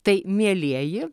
tai mielieji